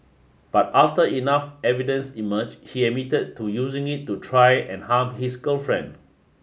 but after enough evidence emerged he admitted to using it to try and harm his girlfriend